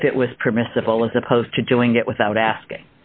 if it was permissible as opposed to doing it without asking